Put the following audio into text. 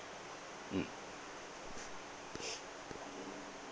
mm